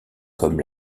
comme